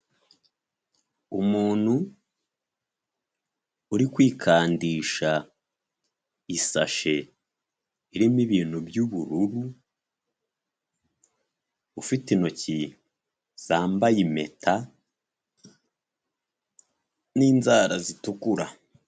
Umuntu uri kwikandisha isashe irimo ibintu by'ubururu, ufite intoki zambaye impeta n'inzara zitukura.